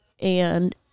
and-